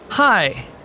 Hi